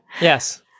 Yes